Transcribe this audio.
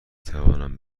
توانم